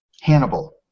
Hannibal